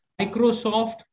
Microsoft